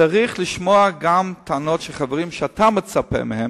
צריך לשמוע גם טענות של חברים שאתה מצפה מהם,